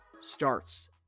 starts